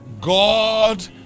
God